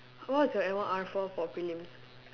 what was your L one R four for prelims